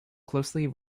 closely